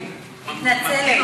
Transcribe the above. מתנצלת.